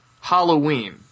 Halloween